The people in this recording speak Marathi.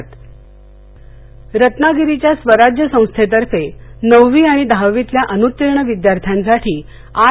रत्नागिरी रत्नागिरीच्या स्वराज्य संस्थेतर्फे नववी आणि दहावीतल्या अनुत्तीर्ण विद्यार्थ्यांसाठी आर